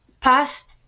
past